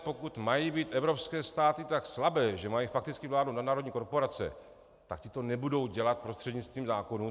Pokud mají být evropské státy tak slabé, že mají fakticky vládnout nadnárodní korporace, tak ty to nebudou dělat prostřednictvím zákonů.